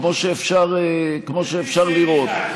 כמו שאפשר לראות.